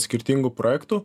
skirtingų projektų